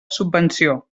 subvenció